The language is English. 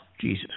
Jesus